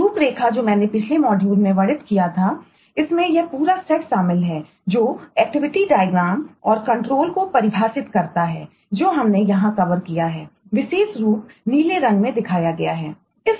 रूपरेखा जो मैंने पिछले मॉड्यूल को परिभाषित करता है जो हमने यहां कवर किया है विशेष रूप नीले रंग में दिखाया गया है